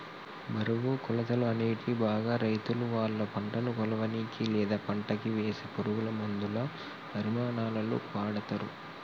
బరువు, కొలతలు, అనేటివి బాగా రైతులువాళ్ళ పంటను కొలవనీకి, లేదా పంటకివేసే పురుగులమందుల పరిమాణాలలో వాడతరు